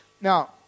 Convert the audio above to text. Now